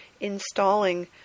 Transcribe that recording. installing